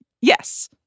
Yes